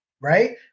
right